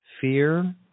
fear